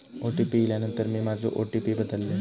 OTP इल्यानंतर मी माझो ओ.टी.पी बदललय